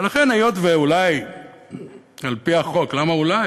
ולכן, היות שאולי על-פי החוק, למה אולי?